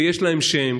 ויש להם שם,